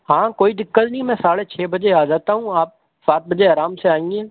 ہاں کوئی دقت نہیں میں ساڑھے چھ بجے آ جاتا ہوں آپ سات بجے آرام سے آئیے